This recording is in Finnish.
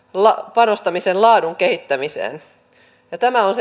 panostamisen laadun kehittämiseen tämä on